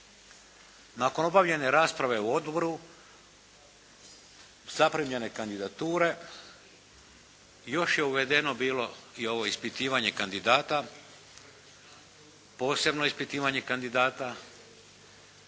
Nakon obavljene rasprave u odboru, zaprimljene kandidature još je uvedeno bilo i ovo ispitivanje kandidata, posebno ispitivanje kandidata.